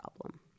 problem